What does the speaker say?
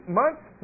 months